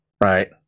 right